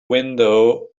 window